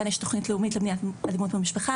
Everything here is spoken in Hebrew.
כאן יש תכנית לאומית למניעת אלימות במשפחה,